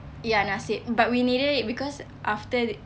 ya nasib but we needed it because after the